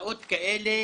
תוצאות כאלה